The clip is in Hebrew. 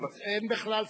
אין בכלל ספק.